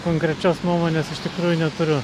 konkrečios nuomonės iš tikrųjų neturiu